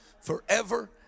forever